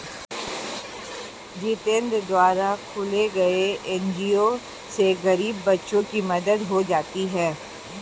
जितेंद्र द्वारा खोले गये एन.जी.ओ से गरीब बच्चों की मदद हो जाती है